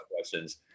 questions